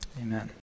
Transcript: amen